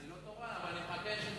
אני לא תורן, אבל אני מחכה שתקרא לי.